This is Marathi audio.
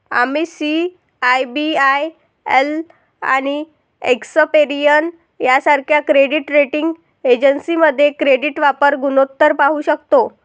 आम्ही सी.आय.बी.आय.एल आणि एक्सपेरियन सारख्या क्रेडिट रेटिंग एजन्सीमध्ये क्रेडिट वापर गुणोत्तर पाहू शकतो